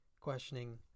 questioning